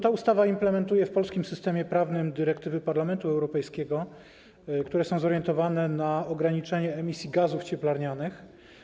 Ta ustawa implementuje w polskim systemie prawnym dyrektywy Parlamentu Europejskiego, które są zorientowane na ograniczenie emisji gazów cieplarnianych.